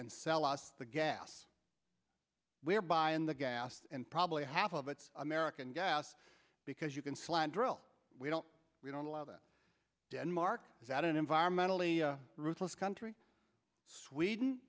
and sell us the gas we are by and the gas and probably half of it's american gas because you can slant drill we don't we don't allow that denmark is at an environmentally ruthless country sweden